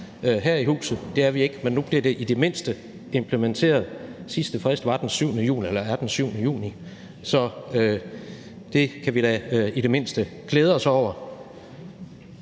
her i huset. Det er vi ikke. Men nu bliver det i det mindste implementeret. Den sidste frist for det er den 7. juni. Det kan vi da i det mindste glæde os over.